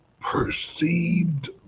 perceived